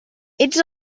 ets